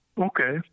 Okay